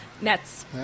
Nets